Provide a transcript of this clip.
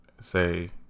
Say